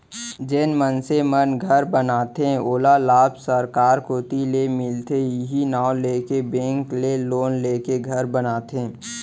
जेन मनसे मन घर बनाथे ओला लाभ सरकार कोती ले मिलथे इहीं नांव लेके बेंक ले लोन लेके घर बनाथे